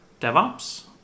DevOps